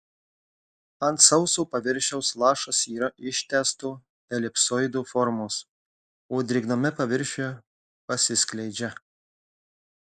ant sauso paviršiaus lašas yra ištęsto elipsoido formos o drėgname paviršiuje pasiskleidžia